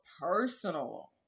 personal